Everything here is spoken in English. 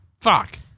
Fuck